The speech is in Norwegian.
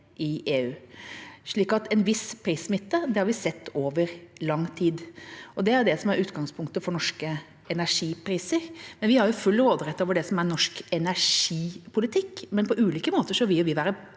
i EU, så en viss prissmitte har vi sett over lang tid, og det er jo det som er utgangspunktet for norske energipriser. Vi har full råderett over det som er norsk energipolitikk, men på ulike måter vil vi være